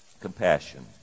compassion